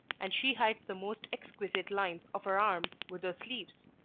and she hides the most exquisite lines of her arm with her sleeves.